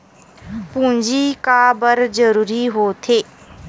पूंजी का बार जरूरी हो थे?